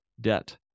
debt